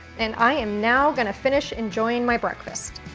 and i am now gonna finish enjoying my breakfast.